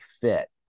fit